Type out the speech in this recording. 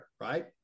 right